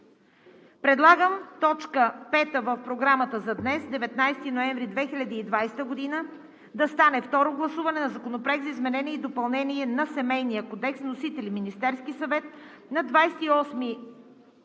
Предлагам точка пета в Програмата за днес, 19 ноември 2020 г., да стане: Второ гласуване на Законопроекта за изменение и допълнение на Семейния кодекс. Вносител – Министерският съвет на 28 август